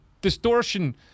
distortion